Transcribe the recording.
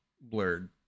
blurred